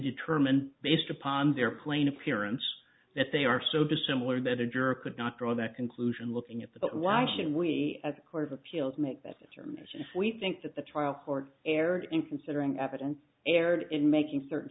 determine based upon their plain appearance that they are so dissimilar better jury could not draw that conclusion looking at the but why should we as a court of appeals make that determination if we think that the trial court erred in considering evidence erred in making certain